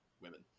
women